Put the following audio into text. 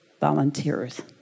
volunteers